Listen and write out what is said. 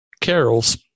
Carol's